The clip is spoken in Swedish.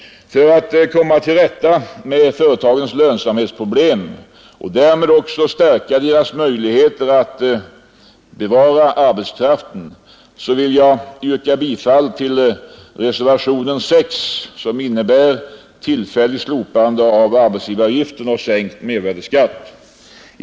För att komma till rätta med företagens lönsamhetsproblem och därmed stärka deras möjligheter att behålla arbetskraften vill jag yrka bifall till reservationen 6, vari krävs tillfälligt slopande av arbetsgivaravgiften och sänkt mervärdeskatt.